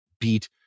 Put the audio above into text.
beat